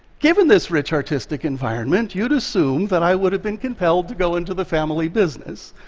given this rich artistic environment, you'd assume that i would have been compelled to go into the family business,